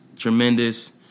Tremendous